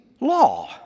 law